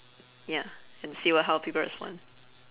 ya and see wha~ how people respond